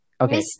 okay